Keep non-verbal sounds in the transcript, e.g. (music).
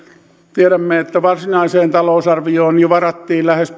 tiedämme että varsinaiseen talousarvioon jo varattiin lähes (unintelligible)